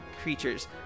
creatures